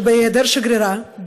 בהיעדר שגרירה,